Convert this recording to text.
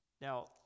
Now